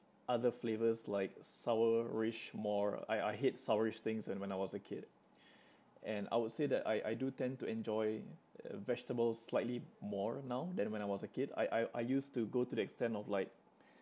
other flavours like sourish more I I hate sourish things when when I was a kid and I would say that I I do tend to enjoy uh vegetables slightly more now than when I was a kid I I I used to go to the extent of like